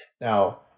Now